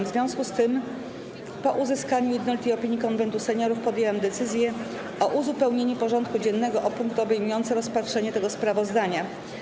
W związku z tym, po uzyskaniu jednolitej opinii Konwentu Seniorów, podjęłam decyzję o uzupełnieniu porządku dziennego o punkt obejmujący rozpatrzenie tego sprawozdania.